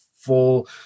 full